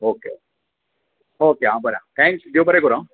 okay okay आ बरें thank you आ देव बरें करुं आ बाय